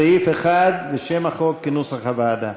סעיף 1 ושם החוק, כנוסח הוועדה.